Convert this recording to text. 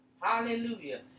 Hallelujah